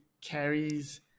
carries